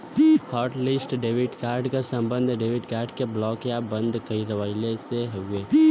hotlist debit card क सम्बन्ध debit card क ब्लॉक या बंद करवइले से हउवे